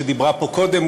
שדיברה פה קודם,